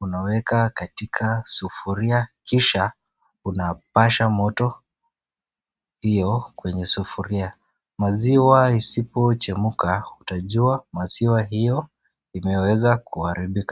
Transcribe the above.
unaweka katika sufuria kisha unapasha moto hio kwenye sufuria, maziwa isipochemka utajua maziwa hio imeweza kuharibika.